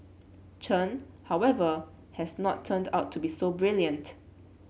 Chen however has not turned out to be so brilliant